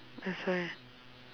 that's why